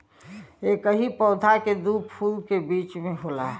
एकही पौधा के दू फूल के बीच में होला